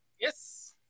yes